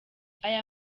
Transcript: aya